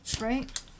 Right